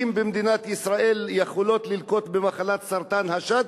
במדינת ישראל יכולה ללקות במחלת סרטן השד,